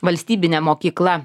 valstybinė mokykla